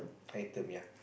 item yea